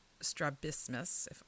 strabismus